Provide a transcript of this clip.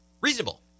reasonable